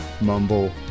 mumble